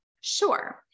Sure